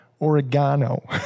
Oregano